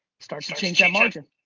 starts to change that margin.